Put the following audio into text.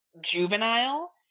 juvenile